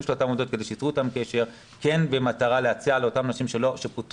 של אותן עובדות כדי שייצרו אתן קשר במטרה להציע לאותן נשים שפוטרו